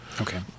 Okay